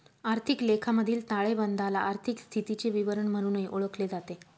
आर्थिक लेखामधील ताळेबंदाला आर्थिक स्थितीचे विवरण म्हणूनही ओळखले जाते